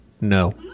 No